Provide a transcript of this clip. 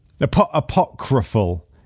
Apocryphal